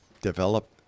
develop